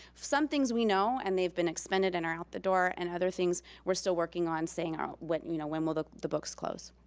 some things we know, and they've been expended and are out the door, and other things we're still working on saying when you know when will the the books close.